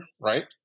right